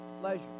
pleasure